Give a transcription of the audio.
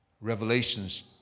Revelations